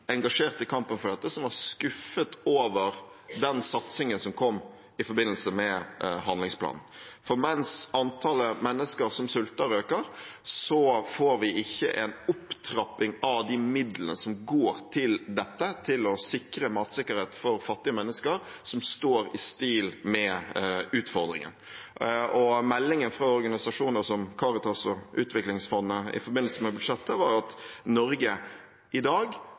engasjert i kampen mot dette, som var skuffet over den satsingen som kom i forbindelse med handlingsplanen. For mens antallet mennesker som sulter, øker, får vi ikke en opptrapping av de midlene som går til dette, til å sikre matsikkerhet for fattige mennesker, som står i stil med utfordringen. Meldingen fra organisasjoner som Caritas og Utviklingsfondet i forbindelse med budsjettet var at Norge i dag,